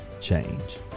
change